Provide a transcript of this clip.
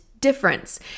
difference